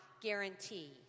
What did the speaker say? guarantee